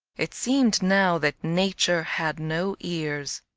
it seemed now that nature had no ears.